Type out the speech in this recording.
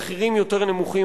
ומחירים יותר נמוכים,